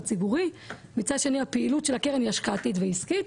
ציבורי מצד שני הפעילות של הקרן היא השקעתית ועסקית,